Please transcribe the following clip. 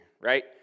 right